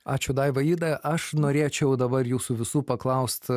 ačiū daiva ida aš norėčiau dabar jūsų visų paklaust